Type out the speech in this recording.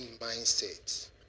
mindset